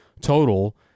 total